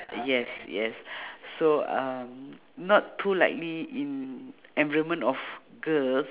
yes yes so um not too likely in environment of girls